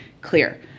clear